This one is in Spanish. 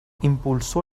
impulsó